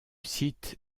site